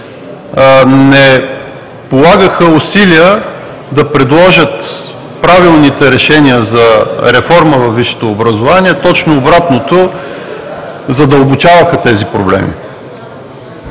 не полагаха усилия да предложат правилните решения за реформа във висшето образование. Точно обратното – задълбочаваха тези проблеми.